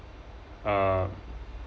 uh